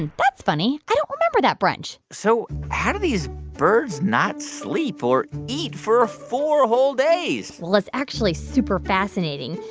and but funny i don't remember that brunch so how do these birds not sleep or eat for four whole days? well, it's actually super fascinating.